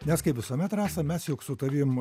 nes kaip visuomet rasa mes juk su tavim